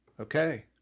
Okay